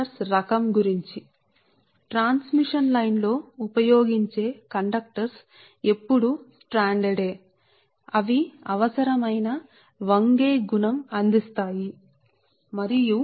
కాబట్టి సాధారణం గా ఉపయోగించే ట్రాన్స్మిషన్ లైన్ కండక్టర్లు ఎల్లప్పుడూ ప్రామాణికం గా నిలుస్తాయి సరే అవసరమైన మృదుత్వము ను అందించడానికి మరియు ప్రామాణికమైన కండక్టర్ లను మిశ్రమ కండక్టర్లు అని కూడా అనవచ్చునుసరే